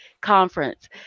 conference